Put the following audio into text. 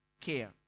care